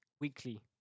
weekly